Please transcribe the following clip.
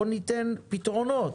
בוא ניתן פתרונות,